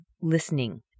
listening